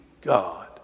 God